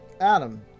Adam